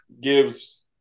gives